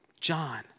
John